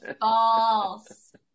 false